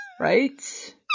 Right